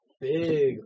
big